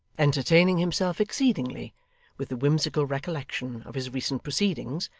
entertaining himself exceedingly with the whimsical recollection of his recent proceedings,